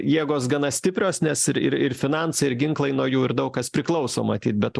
jėgos gana stiprios nes ir ir finansai ir ginklai nuo jų ir daug kas priklauso matyt bet